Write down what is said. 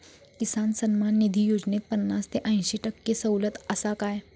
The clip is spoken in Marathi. किसान सन्मान निधी योजनेत पन्नास ते अंयशी टक्के सवलत आसा काय?